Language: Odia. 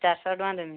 ଚାରି ଶହ ଟଙ୍କା ଦେବି